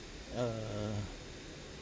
err